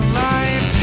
life